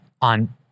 on